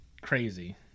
crazy